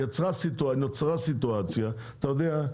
רואה שנוצרה סיטואציה, אתה יודע.